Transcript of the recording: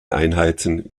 einheiten